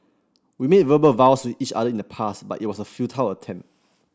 we made verbal vows to each other in the past but it was a futile attempt